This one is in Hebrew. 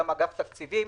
וגם אגף תקציבים.